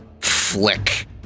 flick